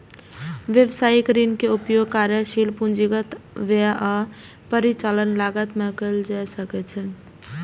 व्यवसायिक ऋण के उपयोग कार्यशील पूंजीगत व्यय आ परिचालन लागत मे कैल जा सकैछ